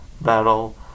battle